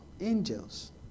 angels